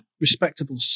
respectable